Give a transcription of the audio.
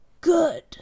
good